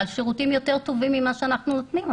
והשירותים טובים יותר ממה שאנחנו נותנים.